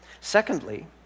Secondly